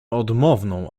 odmowną